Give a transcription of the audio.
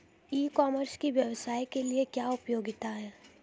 ई commerce की व्यवसाय के लिए क्या उपयोगिता है?